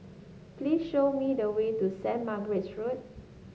please show me the way to Saint Margaret's Road